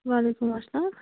وَعلیکُم اَسَلام